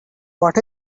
what